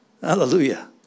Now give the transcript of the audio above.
Hallelujah